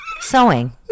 sewing